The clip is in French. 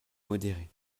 modéré